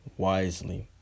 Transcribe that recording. wisely